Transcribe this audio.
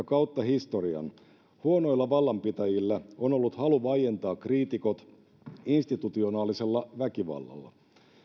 kautta historian huonoilla vallanpitäjillä on ollut halu vaientaa kriitikot institutionaalisella väkivallalla